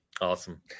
Awesome